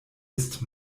ist